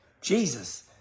Jesus